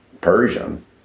Persian